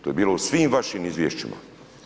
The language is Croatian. To je bilo u svim vašim izvješćima.